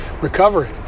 recovery